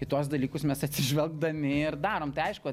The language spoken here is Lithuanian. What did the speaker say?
į tuos dalykus mes atsižvelgdami ir darom tai aišku